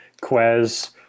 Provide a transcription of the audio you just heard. Quez